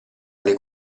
alle